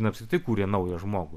ten apskritai kūrė naują žmogų